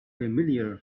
familiar